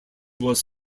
was